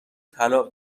طلاق